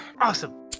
Awesome